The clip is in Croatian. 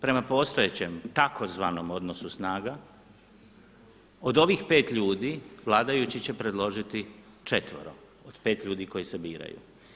Prema postojećem tzv. odnosu snaga od ovih pet ljudi vladajući će predložiti četvero od pet ljudi koji se biraju.